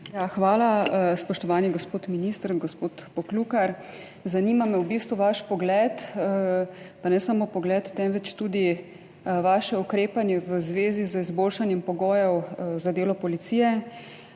Hvala. Spoštovani gospod minister, gospod Poklukar, zanima me v bistvu vaš pogled, pa ne samo pogled, temveč tudi vaše ukrepanje v zvezi z izboljšanjem pogojev za delo policije.